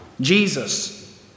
Jesus